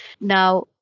Now